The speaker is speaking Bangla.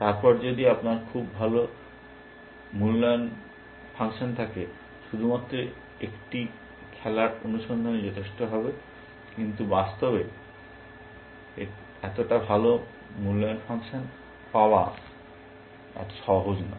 তারপর যদি আপনার খুব ভাল মূল্যায়ন ফাংশন থাকে শুধুমাত্র একটি খেলার অনুসন্ধানই যথেষ্ট হবে কিন্তু বাস্তবে এতটা ভাল মূল্যায়ন ফাংশন পাওয়া এত সহজ নয়